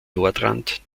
nordrand